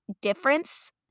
difference